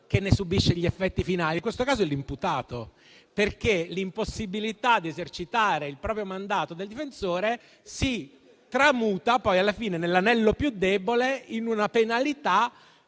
che ne subisce gli effetti finali. In questo caso è l'imputato, perché l'impossibilità di esercitare il proprio mandato di difensore si tramuta alla fine, nell'anello più debole, in una penalità